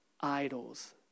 idols